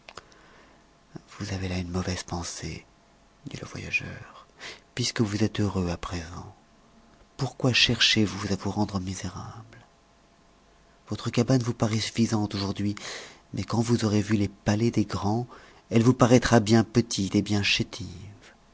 vous avez là une mauvaise pensée dit le voyageur puisque vous êtes heureux à présent pourquoi cherchez-vous à vous rendre misérable votre cabane vous paraît suffisante aujourd'hui mais quand vous aurez vu les palais des grands elle vous paraîtra bien petite et bien chétive